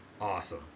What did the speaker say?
Awesome